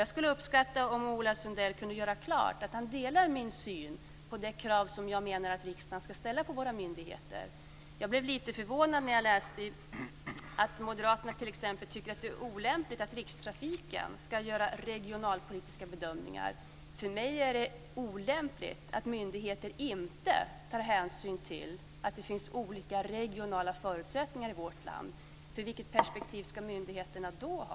Jag skulle uppskatta om Ola Sundell kunde göra klart att han delar min syn på de krav som jag menar att riksdagen ska ställa på våra myndigheter. Jag blev lite förvånad när jag läste att Moderaterna t.ex. tycker att det är olämpligt att Rikstrafiken ska göra regionalpolitiska bedömningar. För mig är det olämpligt att myndigheter inte tar hänsyn till att det finns olika regionala förutsättningar i vårt land. Vilket perspektiv ska myndigheterna då ha?